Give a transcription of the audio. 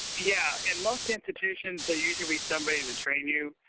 yeah. in most institutions, they usually leave somebody to train you.